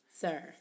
sir